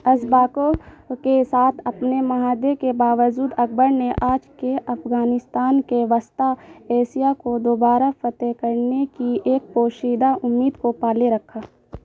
ازباکو کے ساتھ اپنے معاہدے کے باوجود اکبر نے آج کے افغانستان کے وسطیٰ ایسیا کو دوبارہ فتح کرنے کی ایک پوشیدہ امید کو پالے رکھا